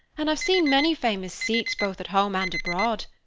and i've seen many famous seats, both at home and abroad,